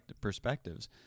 perspectives